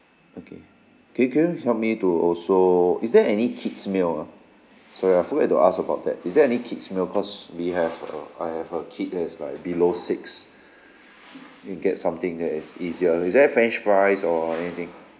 okay can you can you help me to also is there any kids meal ah sorry I forget to ask about that is there any kids meal cause we have a I have a kid that is like below six need to get something that is easier is there french fries or anything